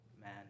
Man